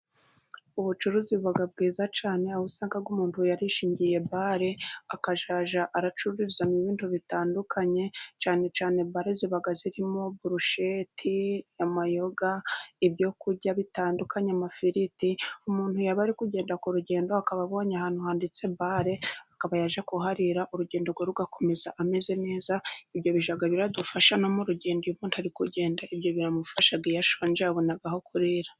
Ubucuruzi buba bwiza cyane, aho usanga umuntu yarishingiye bare akazajya acuruza ibindi bitandukanye, cyane cyane bare ziba zirimo burusheti, amayoga, ibyo kurya bitandukanye, amafiriti, umuntu yaba ari kugenda ku rugendo akaba abonye ahantu handitse bare akaba yajya kuharira, urugendo rugakomeza ameze neza. Ibyo bijya bidufasha no mu rugendo. Iyo umuntu ari kugenda, ibyo biramufasha, ashonje yabona aho kurira.